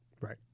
Right